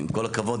עם כל הכבוד,